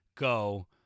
go